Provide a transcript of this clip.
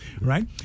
right